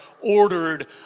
ordered